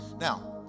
Now